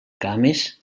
cames